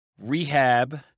rehab